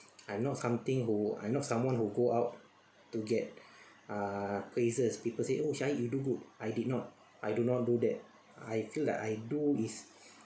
I'm not something who I'm not someone who go out to get uh praises people say oh shahir you do good I did not I do not do that I feel that I do is